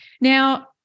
Now